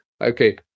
okay